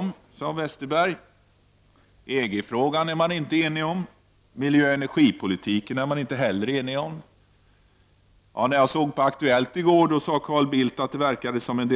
Det sade Westerberg. EG-frågan är de inte eniga om. Miljöoch energipolitiken är de inte heller eniga om. I Aktuellt i går sade Carl Bildt att det verkade som om